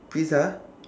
pizza